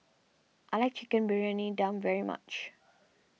I like Chicken Briyani Dum very much